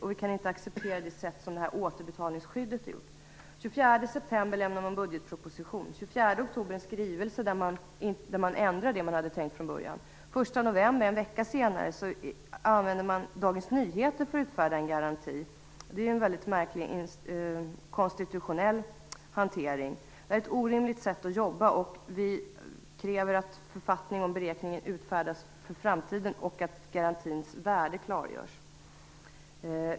Och vi kan inte acceptera det sätt som återbetalningsskyddet har hanterats på. Den 24 september lade man fram budgetpropositionen, den 25 oktober en skrivelse där man ändrade det man hade tänkt från början, den 1 november, en vecka senare, använder man Dagens Nyheter för att utfärda en garanti. Det är en mycket märklig konstitutionell hantering. Det är ett orimligt sätt att jobba, och vi kräver att författning om beräkningen utfärdas för framtiden och att garantins värde klargörs.